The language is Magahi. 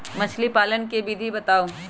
मछली पालन के विधि बताऊँ?